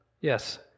yes